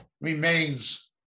Remains